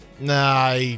Nah